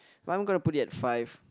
but I'm going to put it at five